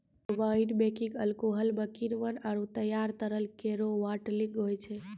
wine making alcohol म किण्वन आरु तैयार तरल केरो बाटलिंग होय छै